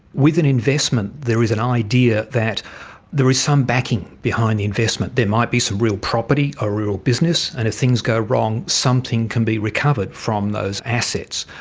with an investment there is an idea that there is some backing behind the investment, there might be some real property, a real business, and if things go wrong, something can be recovered from those assets.